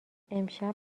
امشب